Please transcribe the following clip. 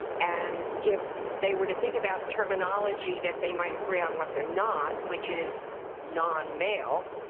and if they were to think about terminology that they might agree on what they're not, which is non-male,